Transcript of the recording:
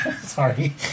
Sorry